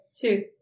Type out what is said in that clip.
two